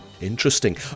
Interesting